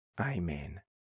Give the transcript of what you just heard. Amen